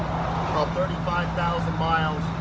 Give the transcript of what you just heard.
ah but five thousand miles.